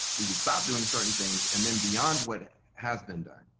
he should stop doing certain things and then beyond what has been done.